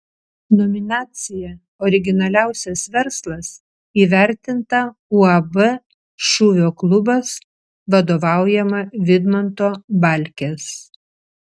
nominacija originaliausias verslas įvertinta uab šūvio klubas vadovaujama vidmanto balkės